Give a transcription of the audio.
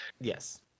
Yes